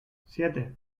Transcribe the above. siete